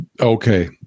Okay